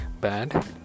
bad